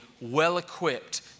well-equipped